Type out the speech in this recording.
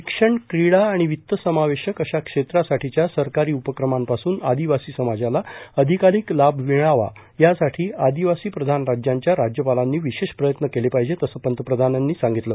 शिक्षण क्रिडा आणि वित्त समावेशक अशा क्षेत्रासाठीच्या सरकारी उपक्रमांपासून आदिवासी समाजाला अधिकाधिक लाभ मिळावा यासाठी आदिवासी प्रधान राज्यांच्या राज्यपालांनी विशेष प्रयत्न केले पाहिजेत असं पंतप्रधानांनी सांगितलं